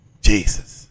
Jesus